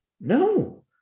No